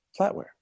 flatware